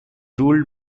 ruled